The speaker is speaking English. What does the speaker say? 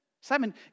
Simon